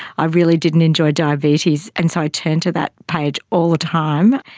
i really didn't enjoy diabetes, and so i turned to that page all the time.